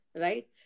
right